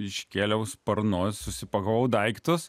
iškėliau sparnus susipakavau daiktus